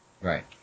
Right